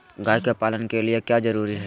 गाय के पालन के लिए क्या जरूरी है?